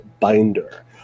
binder